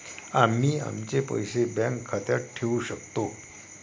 आम्ही आमचे पैसे बँक खात्यात ठेवू शकतो